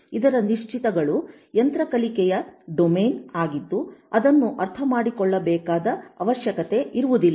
ಇದರ ನಿಶ್ಚಿತಗಳು ಯಂತ್ರ ಕಲಿಕೆಯ ಡೊಮೇನ್ ಆಗಿದ್ದು ಅದನ್ನು ಅರ್ಥಮಾಡಿಕೊಳ್ಳಬೇಕಾದ ಅವಶ್ಯಕತೆ ಇರುವುದಿಲ್ಲ